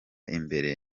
imbere